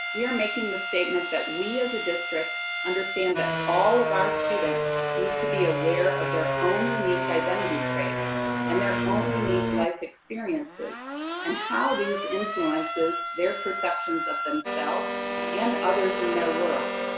we are making the statement that we, as a district understand that all of our students need to be aware of their own unique identity traits and their own unique life experiences and how these influences their perceptions of themselves and others in their world.